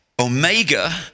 Omega